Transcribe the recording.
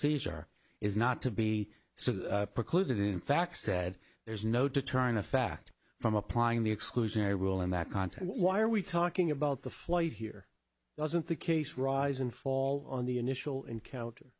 seizure is not to be so precluded in fact said there's no deterrent effect from applying the exclusionary rule in that context why are we talking about the flight here wasn't the case rise and fall on the initial encounter